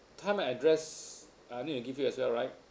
time and address I need to give you as well right